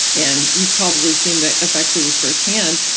and you've probably seen the effects of this first hand,